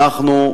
אנחנו,